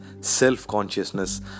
self-consciousness